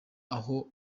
aho